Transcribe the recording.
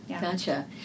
gotcha